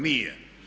Nije.